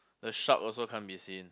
the shark also can't be seen